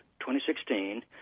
2016